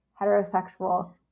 heterosexual